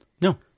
No